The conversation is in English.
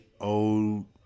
old